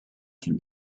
can